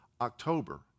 October